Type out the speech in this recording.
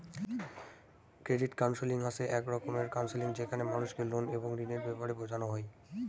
credit counselling হসে এক রকমের কাউন্সেলিং যেখানে মানুষকে লোন এবং ঋণের ব্যাপারে বোঝানো হই